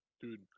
Dude